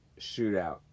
shootout